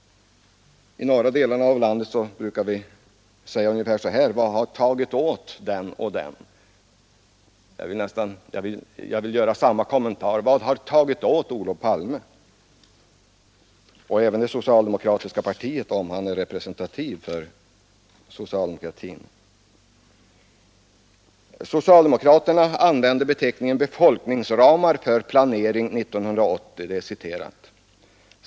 I norra delarna av landet brukar vi säga: Vad har tagit åt den och den? Jag undrar nu: Vad har tagit åt Olof Palme och även det socialdemokratiska partiet, om Olof Palme är representativ för socialdemokratin? Socialdemokraterna använder beteckningen ”befolkningsramar för planering 1980”.